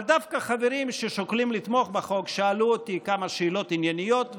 אבל דווקא חברים ששוקלים לתמוך בחוק שאלו אותי כמה שאלות ענייניות,